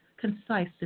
concise